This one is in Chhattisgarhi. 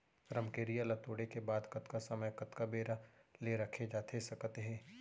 रमकेरिया ला तोड़े के बाद कतका समय कतका बेरा ले रखे जाथे सकत हे?